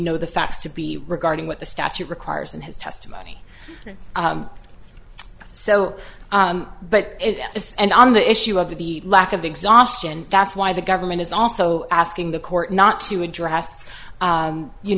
know the facts to be regarding what the statute requires in his testimony so but it is and on the issue of the lack of exhaustion that's why the government is also asking the court not to address